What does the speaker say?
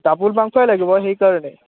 double মাংসই লাগিব সেইকাৰণে